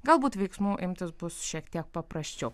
galbūt veiksmų imtis bus šiek tiek paprasčiau